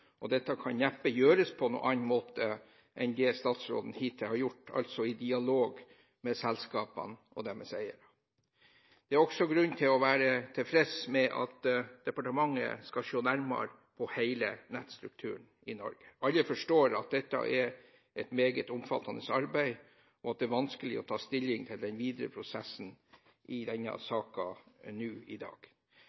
hensiktsmessig. Dette er en sak som det er viktig å arbeide videre med, og det kan neppe gjøres på annen måte enn det statsråden hittil har gjort: i dialog med selskapene og deres eiere. Det er også grunn til å være tilfreds med at departementet skal se nærmere på hele nettstrukturen i Norge. Alle forstår at dette er et meget omfattende arbeid, og at det er vanskelig å ta stilling til den videre prosessen i denne